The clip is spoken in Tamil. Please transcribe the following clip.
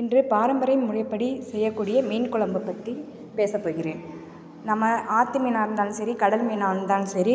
இன்று பாரம்பரிய முறைப்படி செய்யக்கூடிய மீன் கொழைம்ப பற்றி பேசப் போகிறேன் நம்ம ஆற்று மீனாக இருந்தாலும் சரி கடல் மீனாக இருந்தாலும் சரி